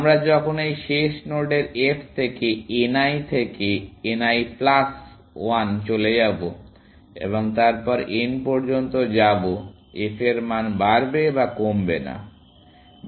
আমরা যখন এই শেষ নোডের f থেকে n l থেকে n l প্লাস 1 চলে যাব এবং তারপর n পর্যন্ত যাবো f এর মান বাড়বে বা কমবে না